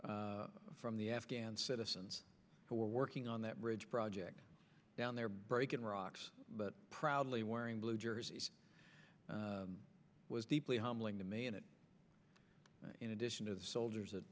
from the afghan citizens who were working on that bridge project down there breaking rocks but proudly wearing blue jersey was deeply humbling to me and it in addition to the soldiers that